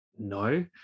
No